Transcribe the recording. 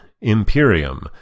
Imperium